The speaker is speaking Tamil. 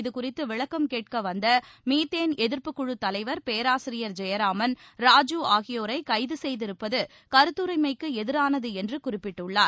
இதுகுறித்து விளக்கம் கேட்க வந்த மீத்தேன் எதிர்ப்புக்குழுத் தலைவர் பேராசிரியர் ஜெயராமன் ராஜூ ஆகியோரை கைது செய்திருப்பது கருத்துரிமைக்கு எதிரானது என்று குறிப்பிட்டுள்ளார்